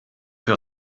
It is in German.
für